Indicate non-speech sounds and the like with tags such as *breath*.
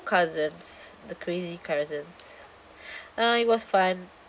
cousins the crazy cousins *breath* uh it was fun